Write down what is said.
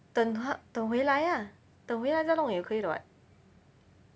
等他等回来啊等回来再弄也可以的 [what]